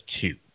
two